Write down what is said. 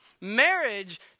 Marriage